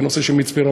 בנושא של מצפה-רמון,